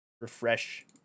refresh